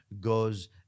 goes